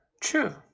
True